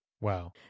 Wow